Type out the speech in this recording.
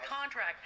contract